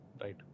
right